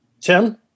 Tim